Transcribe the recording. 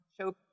show